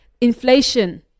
inflation